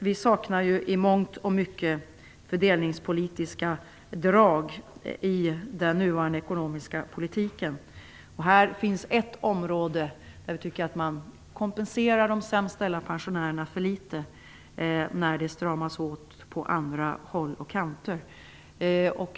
Vi saknar i mångt och mycket fördelningspolitiskt motiverade drag i den nuvarande ekonomiska politiken. Vi tycker att man kompenserar de sämst ställda pensionärerna för litet när det stramas åt på andra håll och kanter.